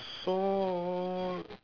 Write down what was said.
so